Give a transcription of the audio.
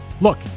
Look